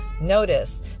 notice